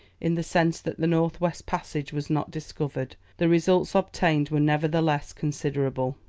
in the sense that the north-west passage was not discovered, the results obtained were nevertheless considerable.